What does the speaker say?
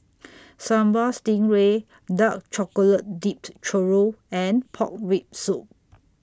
Sambal Stingray Dark Chocolate Dipped Churro and Pork Rib Soup